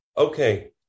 Okay